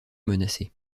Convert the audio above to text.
menacés